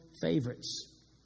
favorites